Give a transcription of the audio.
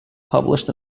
published